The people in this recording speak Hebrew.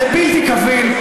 זה בלתי קביל,